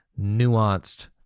nuanced